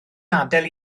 adael